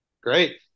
great